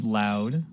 loud